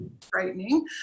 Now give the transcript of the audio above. frightening